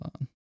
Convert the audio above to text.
on